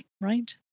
right